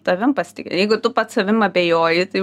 tavim pasitiki ir jeigu tu pats savim abejoji tai